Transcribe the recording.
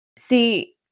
See